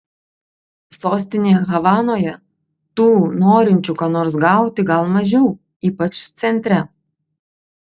sostinėje havanoje tų norinčių ką nors gauti gal mažiau ypač centre